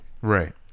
Right